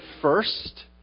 first